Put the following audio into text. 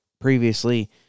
previously